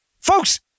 folks